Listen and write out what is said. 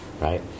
Right